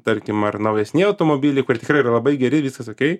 tarkim ar naujesni automobiliai kur tikrai yra labai geri ir viskas okei